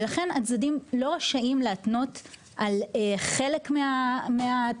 ולכן הצדדים לא רשאים להתנות על חלק מהתנאים.